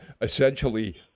essentially